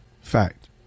Fact